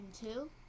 two